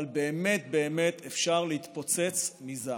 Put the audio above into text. אבל באמת באמת אפשר להתפוצץ מזעם.